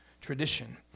tradition